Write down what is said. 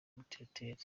muteteri